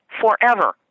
forever